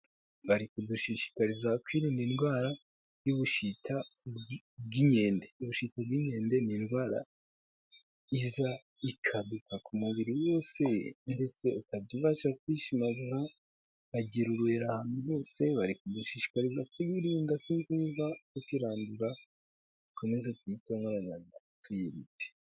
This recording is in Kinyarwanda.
Bari kudushishikariza kwirinda indwara y'ubushita bw'inkende, ubushita bw'inkende ni indwara iza ikambika ku mubiri wose ndetse ukajya ubaze kwishimagura ukagira ubuheri ahantu hose. Bari kudushishikariza kuyirinda si nziza kuko irandura, dukomeze twiyiteho nk'abantu bakuru tuyirinde.